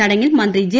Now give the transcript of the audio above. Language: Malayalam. ചടങ്ങിൽ മന്ത്രി ജെ